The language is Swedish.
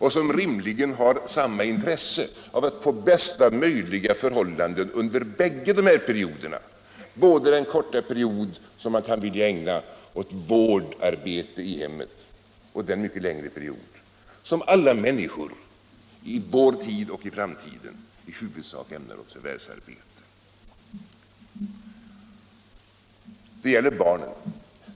De har rimligen samma intresse av att få bästa möjliga förhållanden under bägge de här perioderna, både den korta period som man kan vilja ägna åt vårdarbete i hemmet och den mycket längre period som alla människor i vår tid och i framtiden i huvudsak ägnar åt förvärvsarbete. Det gäller barn.